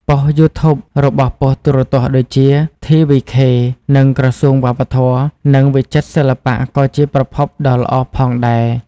ប៉ុស្តិ៍ YouTube របស់ប៉ុស្តិ៍ទូរទស្សន៍ដូចជា TVK និងក្រសួងវប្បធម៌ និងវិចិត្រសិល្បៈក៏ជាប្រភពដ៏ល្អផងដែរ។